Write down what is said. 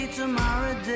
tomorrow